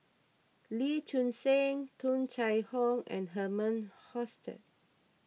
Lee Choon Seng Tung Chye Hong and Herman Hochstadt